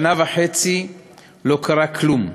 שנה וחצי לא קרה כלום.